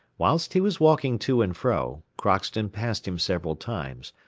whilst he was walking to and fro, crockston passed him several times,